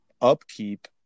upkeep